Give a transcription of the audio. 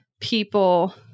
people